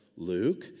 Luke